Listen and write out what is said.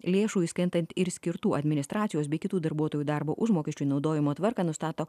lėšų įskaitant ir skirtų administracijos bei kitų darbuotojų darbo užmokesčiui naudojimo tvarką nustato